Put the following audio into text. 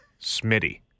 Smitty